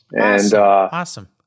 Awesome